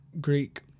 Greek